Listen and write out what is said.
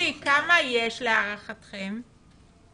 להערתכם כמה יש?